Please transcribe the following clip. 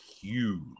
huge